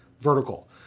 vertical